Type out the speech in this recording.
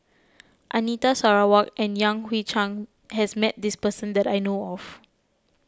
Anita Sarawak and Yan Hui Chang has met this person that I know of